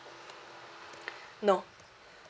no